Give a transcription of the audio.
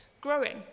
growing